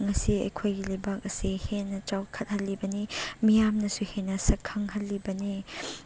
ꯉꯁꯤ ꯑꯩꯈꯣꯏꯒꯤ ꯂꯩꯕꯥꯛ ꯑꯁꯤ ꯍꯦꯟꯅ ꯆꯥꯎꯈꯠꯍꯜꯂꯤꯕꯅꯤ ꯃꯤꯌꯥꯝꯅꯁꯨ ꯍꯦꯟꯅ ꯁꯛꯈꯪꯍꯜꯂꯤꯕꯅꯤ